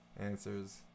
answers